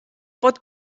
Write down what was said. pot